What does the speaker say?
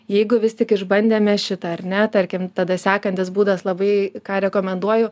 jeigu vis tik išbandėme šitą ar ne tarkim tada sekantis būdas labai ką rekomenduoju